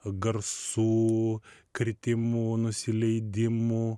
garsų kritimų nusileidimų